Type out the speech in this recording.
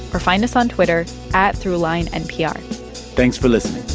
or find us on twitter at throughlinenpr thanks for listening